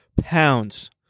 Pounds